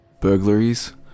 Burglaries